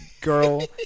girl